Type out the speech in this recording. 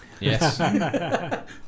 Yes